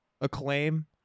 acclaim